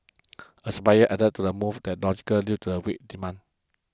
a supplier added to the move that logical due to a weak demand